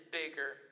bigger